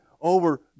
over